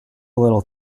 little